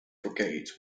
brigades